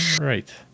Right